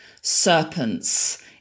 serpents